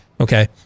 Okay